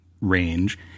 range